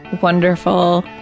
wonderful